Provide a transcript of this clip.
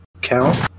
count